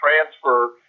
transfer